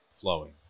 flowing